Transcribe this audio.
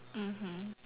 mmhmm